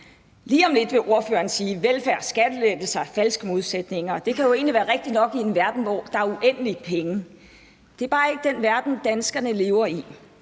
Lige om lidt vil ordføreren sige, at velfærd og skattelettelser er falske modsætninger, og det kan jo egentlig være rigtigt nok i en verden, hvor der er uendeligt med penge. Det er bare ikke den verden, danskerne lever i.